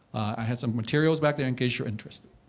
i had some materials back there in case you're interested.